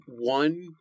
one